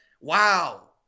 wow